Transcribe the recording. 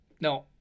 No